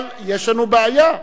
אבל יש לנו בעיה,